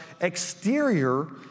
exterior